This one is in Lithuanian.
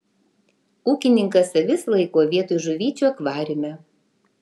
ūkininkas avis laiko vietoj žuvyčių akvariume